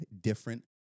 different